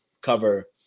cover